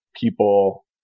people